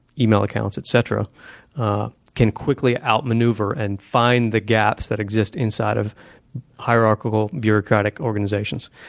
email accounts, etc. and can quickly outmaneuver and find the gaps that exist inside of hierarchical bureaucratic organizations.